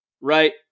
right